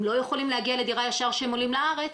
הם לא יכולים להגיע לדירה ישר כשהם עולים לארץ,